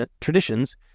traditions